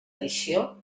edició